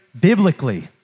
biblically